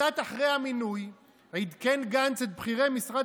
קצת אחרי המינוי עדכן גנץ את בכירי משרד